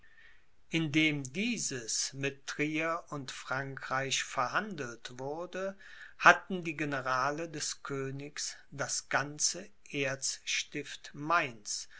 indem dieses mit trier und frankreich verhandelt wurde hatten die generale des königs das ganze erzstift mainz